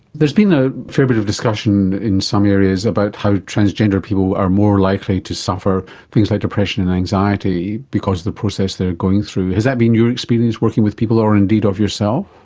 there's been a fair bit of discussion in some areas about how transgendered people are more likely to suffer things like depression and anxiety because of the process they're going through. has that been your experience working with people, or indeed of yourself?